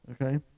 okay